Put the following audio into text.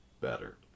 better